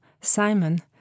Simon